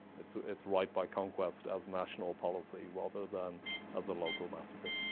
it's so it's right by conquest as national policy, rather than as a local massacre.